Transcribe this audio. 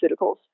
pharmaceuticals